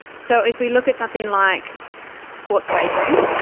so if we look at something like sports wagering,